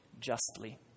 justly